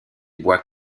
bois